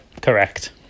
correct